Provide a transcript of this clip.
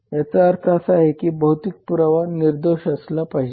याचा अर्थ असा आहे की भौतिक पुरावा निर्दोष असला पाहिजे